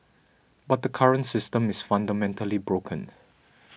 but the current system is fundamentally broken